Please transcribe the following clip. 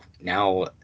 now